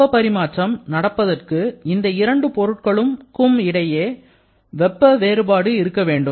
வெப்பப் பரிமாற்றம் நடப்பதற்கு இந்த இரண்டு பொருட்களுக்கும் இடையே ஒரு வெப்பநிலை வேறுபாடு இருக்க வேண்டும்